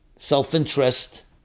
Self-interest